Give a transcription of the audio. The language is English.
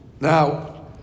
Now